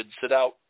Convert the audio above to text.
sit-out